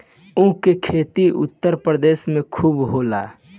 ऊख के खेती उत्तर प्रदेश में खूब होला